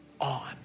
on